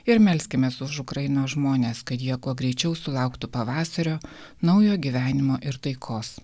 ir melskimės už ukrainos žmones kad jie kuo greičiau sulauktų pavasario naujo gyvenimo ir taikos